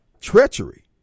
treachery